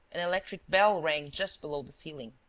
an electric bell rang just below the ceiling.